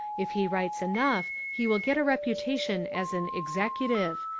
if he writes enough he will get a reputation as an executive,